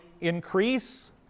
increase